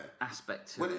aspects